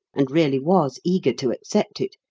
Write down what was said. and really was eager to accept it,